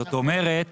זאת אומרת